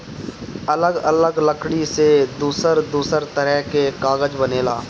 अलग अलग लकड़ी से दूसर दूसर तरह के कागज बनेला